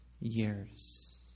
years